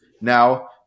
Now